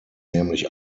nämlich